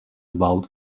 about